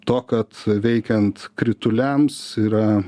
to kad veikiant krituliams yra